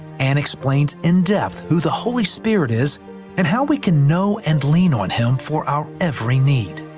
anne explains in depth who the holy spirit is and how we can know and lean on him for our every need.